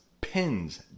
pins